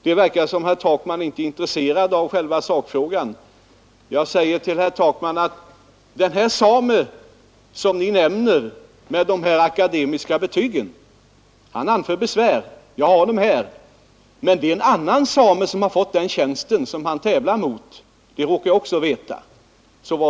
Det verkar som om herr Takman inte är intresserad av själva sakfrågan